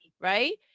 right